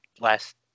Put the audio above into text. last